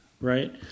right